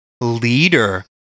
leader